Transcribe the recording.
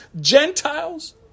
Gentiles